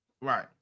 Right